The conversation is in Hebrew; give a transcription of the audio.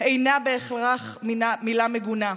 אינה בהכרח מילה מגונה.